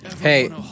Hey